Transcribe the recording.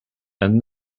and